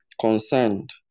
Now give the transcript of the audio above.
concerned